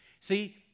See